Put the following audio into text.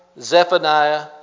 Zephaniah